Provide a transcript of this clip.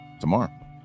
tomorrow